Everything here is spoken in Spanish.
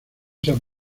san